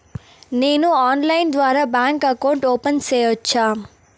నేను ఆన్లైన్ ద్వారా bank account open సేయొచ్చా?